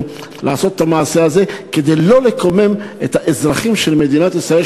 לעשות את המעשה הזה כדי לא לקומם את האזרחים של מדינת ישראל,